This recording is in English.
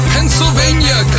Pennsylvania